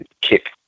kick